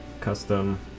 custom